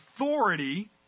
authority